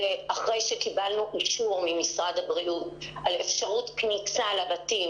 ואחרי שקיבלנו אישור ממשרד הבריאות על אפשרות כניסה לבתים,